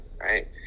right